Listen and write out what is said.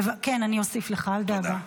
אני אוסיף לך, אל דאגה.